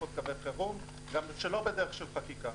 עוד קווי חירום גם לא בדרך של חקיקה.